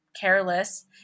careless